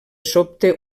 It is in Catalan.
sobte